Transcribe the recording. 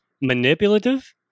manipulative